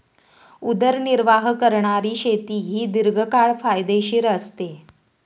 उदरनिर्वाह करणारी शेती ही दीर्घकाळ फायदेशीर असते